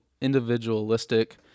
individualistic